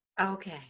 okay